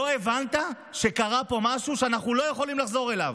לא הבנת שקרה פה משהו שאנחנו לא יכולים לחזור אליו,